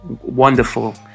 Wonderful